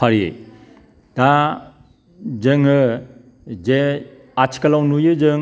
फारियै दा जोङो जे आथिखालाव नुयो जों